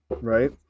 right